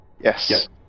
Yes